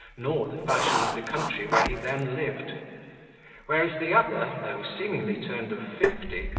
nor the fashion of the country where he then lived whereas the other, though seemingly turned of fifty,